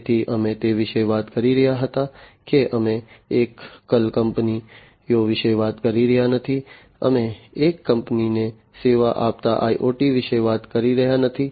તેથી અમે તે વિશે વાત કરી રહ્યા હતા કે અમે એકલ કંપનીઓ વિશે વાત કરી રહ્યા નથી અમે એક કંપનીને સેવા આપતા IoT વિશે વાત કરી રહ્યા નથી